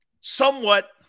somewhat